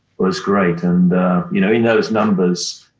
was great. and you know in those numbers,